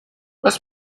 was